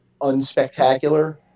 unspectacular